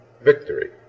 victory